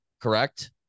correct